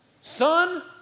Son